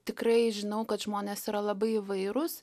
tikrai žinau kad žmonės yra labai įvairūs